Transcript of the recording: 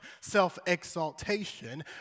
self-exaltation